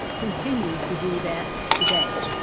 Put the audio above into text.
continues to do that today.